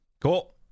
Cool